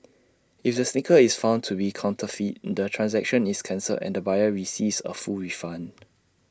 if the sneaker is found to be counterfeit the transaction is cancelled and the buyer receives A full refund